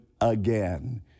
Again